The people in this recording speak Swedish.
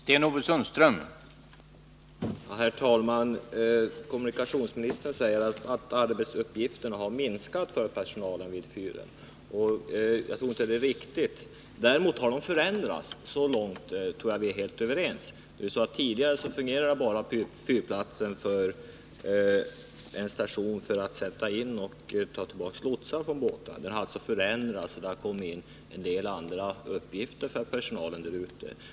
Herr talman! Kommunikationsministern säger att arbetsuppgifterna har minskat för personalen vid fyren. Jag tror inte det är riktigt. Däremot har de förändrats. Så långt tror jag att vi är helt överens. Tidigare fungerade alltså fyrplatsen som en station för att sätta in och ta tillbaka lotsar från båtar. Detta har förändrats, och det har kommit till en del andra uppgifter för personalen där ute.